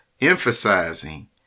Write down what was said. emphasizing